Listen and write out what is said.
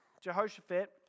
Jehoshaphat